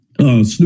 Snoop